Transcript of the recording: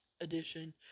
edition